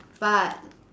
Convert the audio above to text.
but